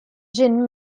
jin